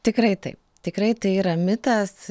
tikrai taip tikrai tai yra mitas